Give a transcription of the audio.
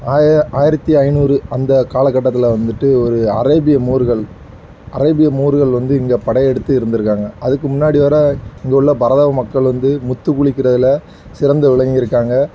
ஆய ஆயிரத்தி ஐநூறு அந்த காலக்கட்டத்தில் வந்துட்டு ஒரு அரேபிய மூருகள் அரேபிய மூருகள் வந்து இங்கே படையெடுத்து இருந்துருக்காங்க அதுக்கு முன்னாடி வர இங்கே உள்ள பரதவ மக்கள் வந்து முத்துக் குளிக்கிறதில் சிறந்து விளங்கிருக்காங்க